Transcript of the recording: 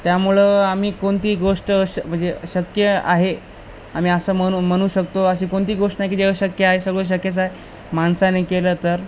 त्यामुळं आम्ही कोणतीही गोष्ट श म्हणजे शक्य आहे आम्ही असं म्हणू म्हणू शकतो अशी कोणती गोष्ट नाही की जे अशक्य आहे सगळं शक्यच आहे माणसाने केलं तर